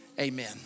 Amen